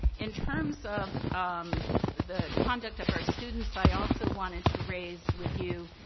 in terms of the conduct of our students, i also wanted to raise, with you,